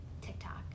TikTok